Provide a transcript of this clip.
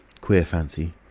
queer fancy!